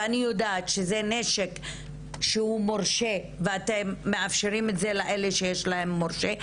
ואני יודעת שזה נשק שהוא מורשה ואתם מאפשרים את זה לאלה שיש להם מורשה.